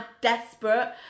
desperate